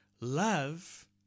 Love